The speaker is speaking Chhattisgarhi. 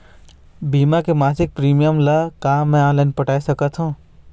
बीमा के मासिक प्रीमियम ला का मैं ऑनलाइन पटाए सकत हो?